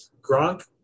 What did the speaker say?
Gronk